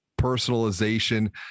personalization